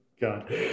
God